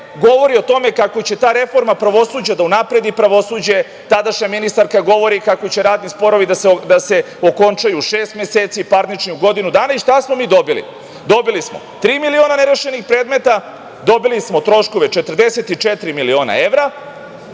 govori o tome kako će ta reforma pravosuđa da unapredi pravosuđe. Tadašnja ministarka govori kako će radni sporovi da se okončaju u šest meseci, parnični u godinu dana, šta smo dobili? Dobili smo tri miliona nerešenih predmeta, dobili smo troškove 44 miliona evra